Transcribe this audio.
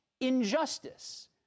injustice